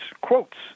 quotes